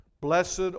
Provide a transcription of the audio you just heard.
Blessed